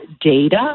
data